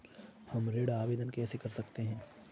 हम ऋण आवेदन कैसे कर सकते हैं?